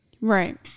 Right